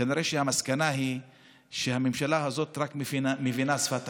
כנראה שהמסקנה היא שהממשלה הזאת רק מבינה שפת הכוח.